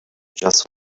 just